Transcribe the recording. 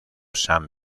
san